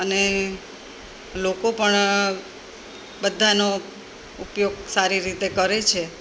અને લોકો પણ બધાંનો ઉપયોગ સારી રીતે કરે છે